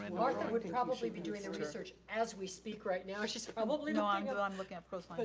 and martha would probably be doing the research as we speak right now. she probably looking um yeah at no, i'm looking at post but